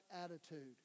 attitude